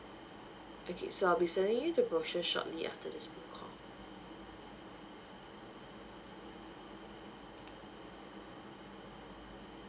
okay so I'll be sending you the brochure shortly after this phone call